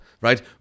right